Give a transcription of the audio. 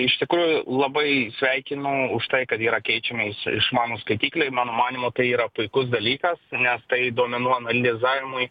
iš tikrųjų labai sveikinu už tai kad yra keičiami išmanūs skaitikliai mano manymu tai yra puikus dalykas nes tai duomenų analizavimui